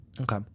Okay